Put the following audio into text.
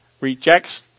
rejects